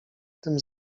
tym